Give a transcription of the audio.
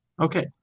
Okay